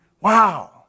Wow